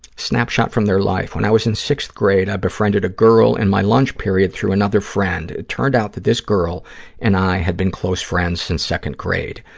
snapshot from their life, when i was in sixth grade i befriended a girl in my lunch period through another friend. it turned out that this girl and i had been close friends since second grade.